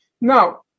Now